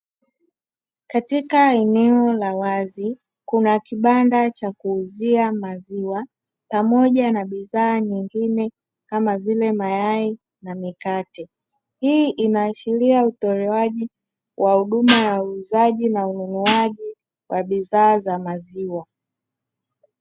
Katika eneo la wazi, kuna kibanda cha kuuzia maziwa pamoja na bidhaa nyingine kama vile mayai na mikate. Hii inaashiria utolewaji wa huduma ya uuzaji na ununuaji wa bidhaa za maziwa.